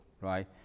right